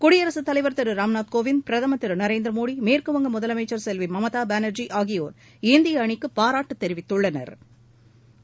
குடியரசுத் தலைவா் திரு ராம்நாத் கோவிந்த் பிரதமா் திரு நரேந்திர மோடி மேற்கு வங்க முதலமைச்சா் செல்வி மம்தா பானா்ஜி ஆகியோா் இந்திய அணிக்கு பாராட்டு தெரிவித்துள்ளனா்